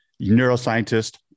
neuroscientist